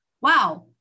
wow